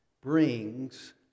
brings